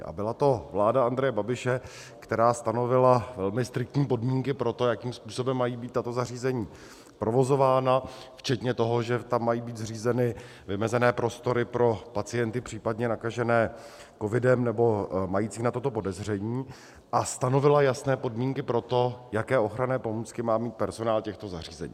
A byla to vláda Andreje Babiše, která stanovila velmi striktní podmínky pro to, jakým způsobem mají být tato zařízení provozována, včetně toho, že tam mají být zřízeny vymezené prostory pro pacienty případně nakažené covidem nebo mající na toto podezření, a stanovila jasné podmínky pro to, jaké ochranné pomůcky má mít personál těchto zařízení.